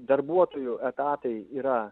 darbuotojų etatai yra